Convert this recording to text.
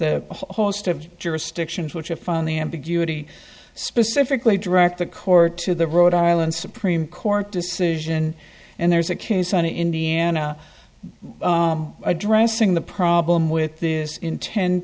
a host of jurisdictions which have found the ambiguity specifically direct the court to the rhode island supreme court decision and there's a case on indiana addressing the problem with this intend